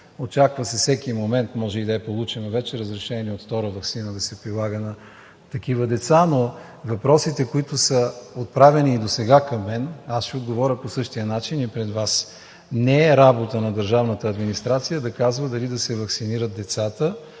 Очаква се всеки момент, може и да е получено вече разрешение втора ваксина да се прилага на такива деца. Но на въпросите, които са отправяни и досега към мен, аз ще отговоря по същия начин и пред Вас: не е работа на държавната администрация да казва дали да се ваксинират децата.